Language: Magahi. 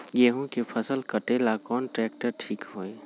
गेहूं के फसल कटेला कौन ट्रैक्टर ठीक होई?